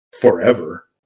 forever